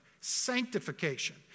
sanctification